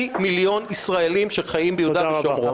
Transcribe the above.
מיליון ישראלים שחיים ביהודה ושומרון.